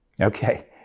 Okay